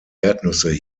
erdnüsse